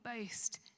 boast